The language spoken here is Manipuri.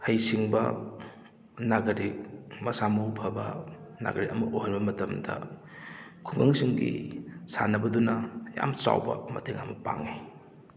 ꯍꯩꯁꯤꯡꯕ ꯅꯥꯒꯔꯤꯛ ꯃꯁꯥ ꯃꯎ ꯐꯕ ꯅꯥꯒꯔꯤꯛ ꯑꯃ ꯑꯣꯏꯍꯟꯕ ꯃꯇꯝꯗ ꯈꯨꯡꯒꯪꯁꯤꯡꯒꯤ ꯁꯥꯟꯅꯕꯗꯨꯅ ꯌꯥꯝꯅ ꯆꯥꯎꯕ ꯃꯇꯦꯡ ꯑꯃ ꯄꯥꯡꯏ